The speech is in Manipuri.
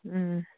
ꯎꯝ